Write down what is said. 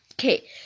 okay